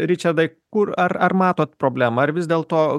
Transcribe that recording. ričardai kur ar ar matot problemą ar vis dėlto